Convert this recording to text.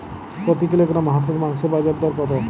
প্রতি কিলোগ্রাম হাঁসের মাংসের বাজার দর কত?